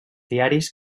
diaris